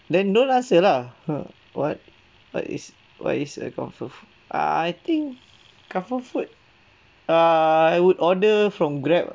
then don't answer lah hmm what what is what is a comfort food I think comfort food err I would order from grab